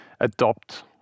Adopt